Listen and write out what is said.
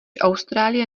austrálie